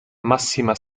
massima